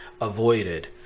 avoided